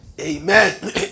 Amen